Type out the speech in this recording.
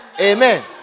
Amen